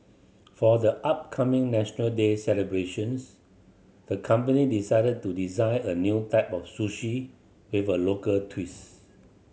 for the upcoming National Day celebrations the company decided to design a new type of sushi with a local twist